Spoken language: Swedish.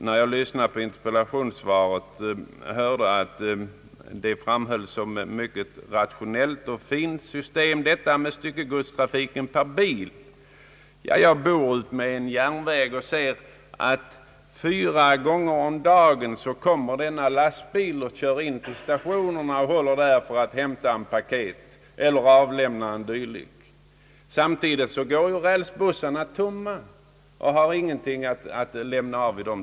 När jag lyssnade på interpellationssvaret hörde jag att styckegodstrafik per bil framhölls som ett rationellt och bra system. Jag bor utmed en järnväg och ser att fyra gånger om dagen kommer en lastbil till stationerna för att hämta eller avlämna paket. Samtidigt går rälsbussarna tomma och har ingenting att lämna.